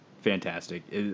fantastic